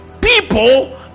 people